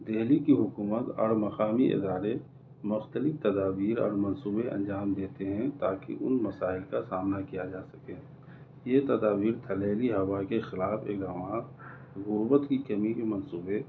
دہلی کی حکومت اور مقامی ادارے مختلف تدابیر اور منصوبے انجام دیتے ہیں تاکہ ان مسائل کا سامنا کیا جا سکے یہ تدابیر تھلیلی ہوا کے خلاف ایک لمحہ غربت کی کمی کے منصوبے